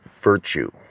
virtue